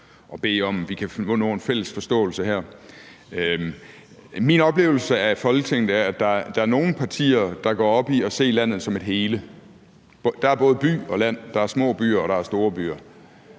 og bede om at nå en fælles forståelse her. Min oplevelse af Folketinget er, at der er nogle partier, der går op i at se landet som et hele: Der er både by og land, der er små byer, og der er store byer;